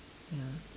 ya